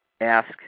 ask